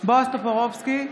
בועז טופורובסקי,